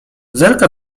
zerka